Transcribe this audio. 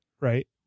right